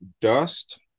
dust